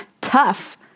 tough